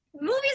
movies